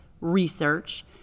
research